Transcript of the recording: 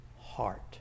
heart